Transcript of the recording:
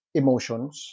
emotions